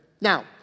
Now